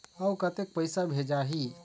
अउ कतेक पइसा भेजाही?